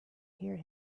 hear